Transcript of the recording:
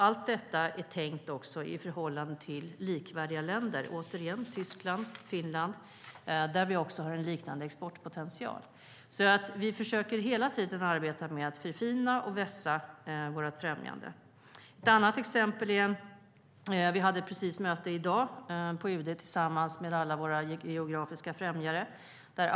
Allt detta är tänkt i förhållande till likvärdiga länder. Återigen är det Tyskland och Finland där vi har en liknande exportpotential. Vi försöker hela tiden arbeta med att förfina och vässa våra främjanden. Vi hade ett möte i dag på UD tillsammans med alla våra geografiska främjare.